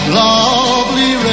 lovely